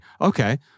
okay